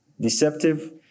deceptive